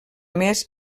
més